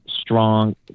strong